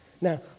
Now